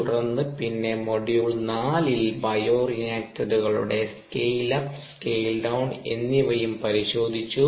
തുടർന്ന് പിന്നെ മൊഡ്യൂൾ 4ൽ ബയോ റിയാക്ടറുകളുടെ സ്കെയിൽ അപ്പ് സ്കെയിൽ ഡൌൺ എന്നിവയും പരിശോധിച്ചു